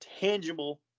tangible